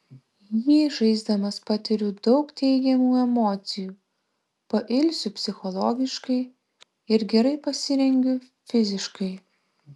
jį žaisdamas patiriu daug teigiamų emocijų pailsiu psichologiškai ir gerai pasirengiu fiziškai